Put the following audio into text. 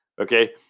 Okay